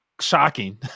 shocking